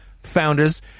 founders